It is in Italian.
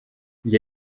gli